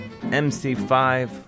MC5